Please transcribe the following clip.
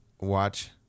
watch